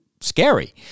scary